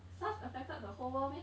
SARS affected the whole world meh